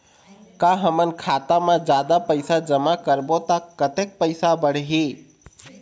का हमन खाता मा जादा पैसा जमा करबो ता कतेक पैसा बढ़ही?